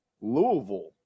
Louisville